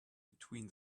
between